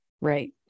Right